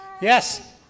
Yes